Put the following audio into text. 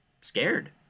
scared